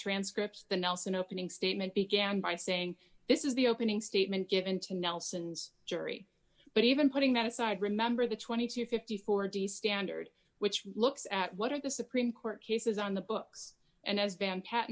transcripts the nelson opening statement began by saying this is the opening statement given to nelson's jury but even putting that aside remember the twenty to fifty four d standard which looks at what are the supreme court cases on the books and as van pat